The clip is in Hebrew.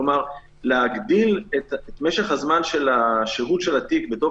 כלומר להגדיל את משך הזמן של השהות של התיק בתוך